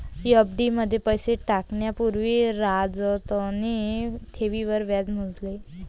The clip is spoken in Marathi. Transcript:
एफ.डी मध्ये पैसे टाकण्या पूर्वी राजतने ठेवींवर व्याज मोजले